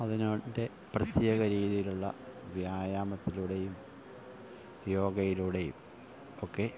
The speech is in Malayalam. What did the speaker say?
അതിനായിട്ട് പ്രത്യേക രീതിയിലുള്ള വ്യായാമത്തിലൂടെയും യോഗയിലൂടെയും ഒക്കെ